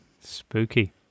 Spooky